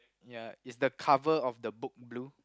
ya is the cover of the book blue